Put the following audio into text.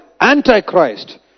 antichrist